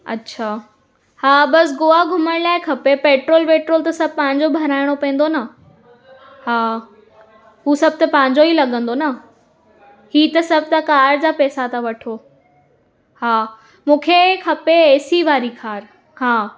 अछा हा बस गोवा घुमण लाइ खपे पेट्रोल ॿेट्रोल त सभु पंहिंजो भराइणो पवंदो न हा हू सभु त पंहिंजो ई लॻंदो न हीउ त सभु त कार जा पैसा था वठो हा मूंखे खपे ए सी वारी कार हा